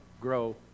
grow